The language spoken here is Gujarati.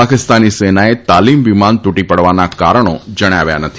પાકિસ્તાની સેનાએ તાલીમ વિમાન તૂટી પડવાના કારણો જણાવ્યા નથી